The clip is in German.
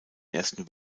ersten